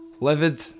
Livid